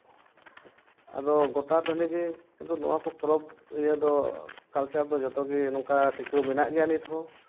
ᱟᱫᱚ ᱜᱚᱴᱟ ᱴᱟᱺᱰᱤ ᱜᱮ ᱠᱤᱱᱛᱩ ᱱᱚᱣᱟ ᱠᱚ ᱯᱚᱨᱚᱵ ᱤᱭᱟᱹ ᱫᱚ ᱠᱟᱞᱪᱟᱨ ᱫᱚ ᱡᱚᱛᱚ ᱜᱮ ᱱᱚᱝᱠᱟ ᱴᱤᱠᱟᱹᱣ ᱢᱮᱱᱟᱜ ᱜᱮᱭᱟ ᱱᱤᱛ ᱦᱚᱸ